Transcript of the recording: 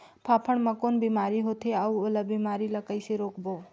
फाफण मा कौन बीमारी होथे अउ ओला बीमारी ला कइसे रोकबो?